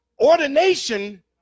ordination